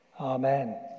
Amen